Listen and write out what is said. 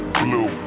blue